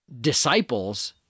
disciples